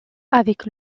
avec